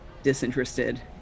disinterested